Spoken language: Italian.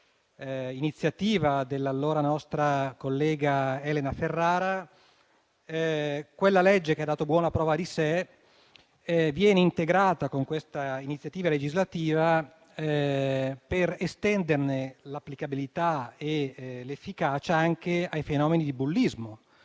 iniziativa dell'allora nostra collega Elena Ferrara. Quella legge, che ha dato buona prova di sé, viene integrata con questa iniziativa legislativa per estenderne l'applicabilità e l'efficacia anche ai fenomeni di bullismo